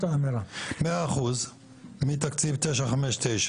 100% מתקציב 959